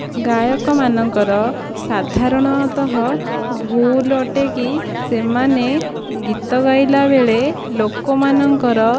ଗାୟକ ମାନଙ୍କର ସାଧାରଣତଃ ଭୁଲ ଅଟେ କି ସେମାନେ ଗୀତ ଗାଇଲା ବେଳେ ଲୋକ ମାନଙ୍କର